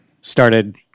started